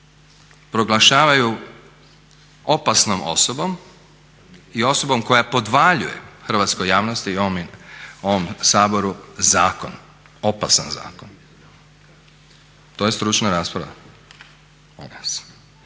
proglašavaju opasnom osobom i osobom koja podvaljuje hrvatskoj javnosti i ovom Saboru zakon, opasan zakon. To je stručna rasprava?